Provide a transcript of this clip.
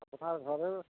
আপনার ঘরেও